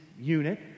unit